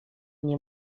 nie